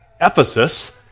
Ephesus